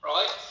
Right